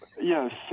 Yes